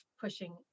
pushing